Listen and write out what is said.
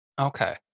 Okay